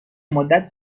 مدت